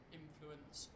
influence